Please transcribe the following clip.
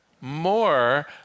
more